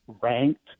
ranked